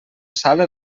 sala